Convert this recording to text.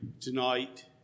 tonight